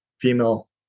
female